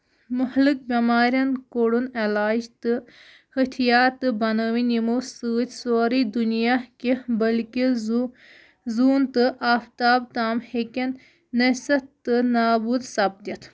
مۄحلِکۍ بیمارین کوٚرُن علاج تہٕ ۂتِھیار تہِ بَنٲوِنۍ یِمو سۭتۍ سورُے دُنیاہ کیٚنٛہہ بٔلکہِ زُو زوٗن تہٕ آفتاب تام ہٮ۪کن نیسہٕ تہٕ نابوٗد سَپدِتھ